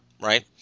right